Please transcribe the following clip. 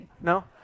No